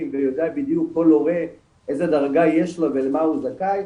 ויודע בדיוק כל הורה איזה דרגה יש לו ולמה הוא זכאי,